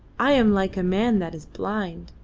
i am like a man that is blind.